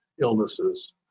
illnesses